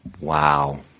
wow